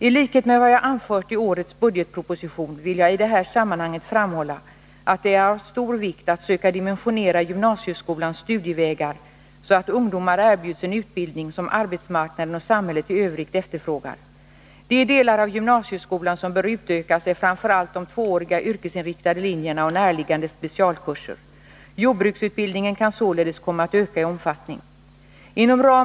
I likhet med vad jag anfört i årets budgetproposition vill jag i det här sammanhanget framhålla att det är av stor vikt att söka dimensionera gymnasieskolans studievägar så, att ungdomar erbjuds en utbildning som arbetsmarknaden och samhället i övrigt efterfrågar. De delar av gymnasieskolan som bör utökas är framför allt de tvååriga yrkesinriktade linjerna och närliggande specialkurser. Jordbruksutbildningen kan således komma att öka i omfattning.